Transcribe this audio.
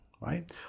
right